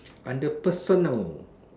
under personal